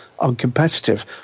uncompetitive